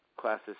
classes